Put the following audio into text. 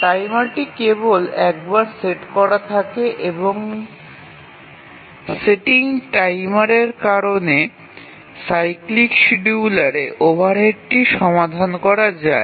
টাইমারটি কেবল একবার সেট করা থাকে এবং সেটিং টাইমারের কারণে সাইক্লিক শিডিয়ুলারে ওভারহেডটি সমাধান করা যায়